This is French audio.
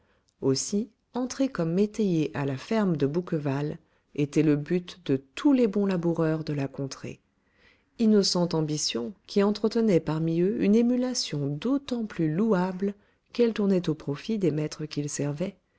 aussi entrer comme métayer à la ferme de bouqueval était le but de tous les bons laboureurs de la contrée innocente ambition qui entretenait parmi eux une émulation d'autant plus louable qu'elle tournait au profit des maîtres qu'ils servaient